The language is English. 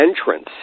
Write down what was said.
entrance